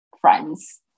friends